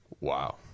Wow